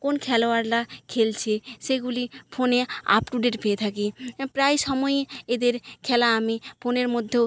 কোন খেলোয়ালরা খেলছে সেগুলি ফোনে আপ টু ডেট পেয়ে থাকি প্রায় সময়ই এদের খেলা আমি ফোনের মধ্যেও